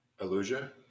Illusion